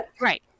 Right